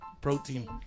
Protein